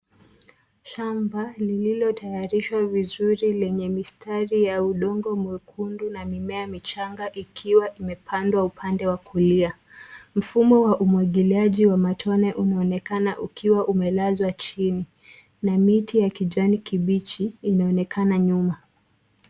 Shamba lililotayarishwa vizuri,l enye mistari ya udongo mwekundu na mimea michanga ikiwa imepandwa upande wa kulia. Mfumo wa umwagiliaji wa matone, unaonekana ukiwa umelazwa chini, na miti ya kijani kibichi inaonekana nyuma.